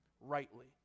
rightly